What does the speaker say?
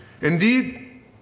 Indeed